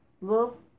look